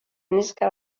neska